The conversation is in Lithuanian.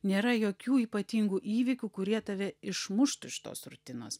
nėra jokių ypatingų įvykių kurie tave išmuštų iš tos rutinos